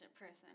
person